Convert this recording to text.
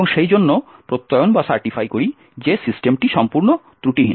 এবং সেইজন্য প্রত্যয়ন করি যে সিস্টেমটি সম্পূর্ণ ত্রুটিহীন